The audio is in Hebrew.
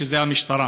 שזה המשטרה.